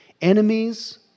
Enemies